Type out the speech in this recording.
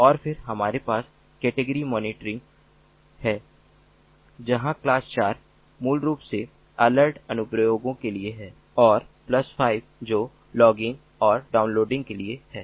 और फिर हमारे पास केटेगरी मॉनिटरिंग है जहां क्लास 4 मूल रूप से अलर्ट अनुप्रयोगों के लिए है और प्लस 5 जो लॉगिंग और डाउनलोडिंग के लिए है